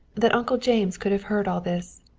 that uncle james could have heard all this.